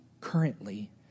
currently